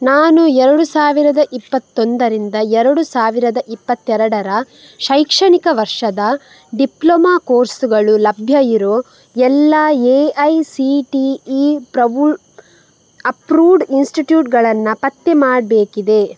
ನಾನು ಎರಡು ಸಾವಿರದ ಇಪ್ಪತ್ತೊಂದರಿಂದ ಎರಡು ಸಾವಿರದ ಇಪ್ಪತ್ತೆರಡರ ಶೈಕ್ಷಣಿಕ ವರ್ಷದ ಡಿಪ್ಲೊಮ ಕೋರ್ಸ್ಗಳು ಲಭ್ಯ ಇರೋ ಎಲ್ಲ A I C T E proved approved ಇನ್ಸ್ಟಿಟ್ಯೂಟ್ಗಳನ್ನ ಪತ್ತೆ ಮಾಡಬೇಕಿದೆ